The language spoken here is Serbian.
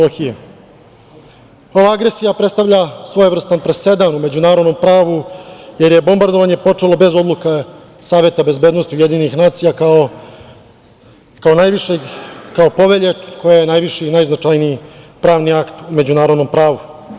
Ova agresija predstavlja svojevrstan presedan u međunarodnom pravu jer je bombardovanje počelo bez odluka Saveta bezbednosti UN kao najvišeg, kao povelja koji je najviši i najznačajniji pravni akt u međunarodnom pravu.